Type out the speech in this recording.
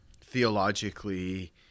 theologically